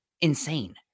insane